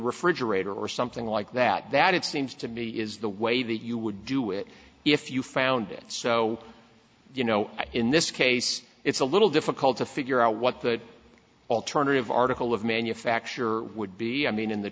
refrigerator or something like that that it seems to me is the way that you would do it if you found it so you know in this case it's a little difficult to figure out what that alternative article of manufacture would be i mean in the